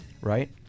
right